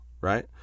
right